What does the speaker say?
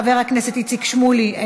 חבר הכנסת איציק שמולי,